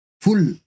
full